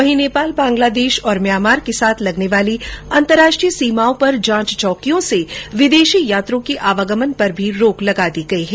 वहीं नेपाल बंगलादेश और म्यांमा के साथ लगने वाली अंतर्राष्ट्रीय सीमाओं पर जांच चौकियों से विदेशी यात्रियों के आवागमन पर भी रोक लगा दी है